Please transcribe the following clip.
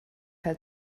held